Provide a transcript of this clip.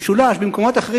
במשולש ובמקומות אחרים,